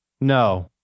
No